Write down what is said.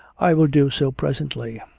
i will do so presently.